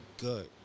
good